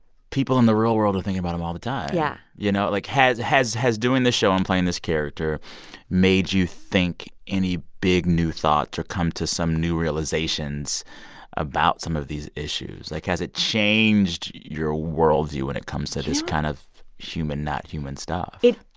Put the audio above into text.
people in the real world are thinking about them all the time yeah you know, like, has has doing the show and playing this character made you think any big, new thoughts or come to some new realizations about some of these issues? like, has it changed your worldview when it comes to this kind of human-not human stuff? it